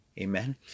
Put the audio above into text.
Amen